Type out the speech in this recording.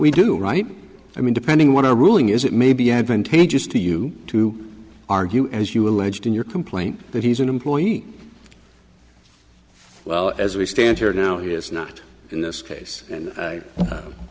we do right i mean depending what our ruling is it may be advantageous to you to argue as you alleged in your complaint that he's an employee well as we stand here now he is not in this case and